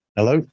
Hello